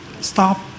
stop